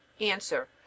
Answer